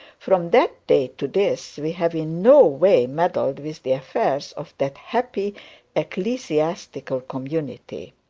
from that day to this, we have in no way meddled with the affairs of that happy ecclesiastical community.